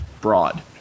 broad